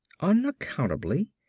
unaccountably